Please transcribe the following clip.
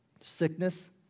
Sickness